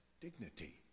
dignity